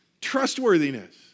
trustworthiness